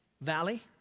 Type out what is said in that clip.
valley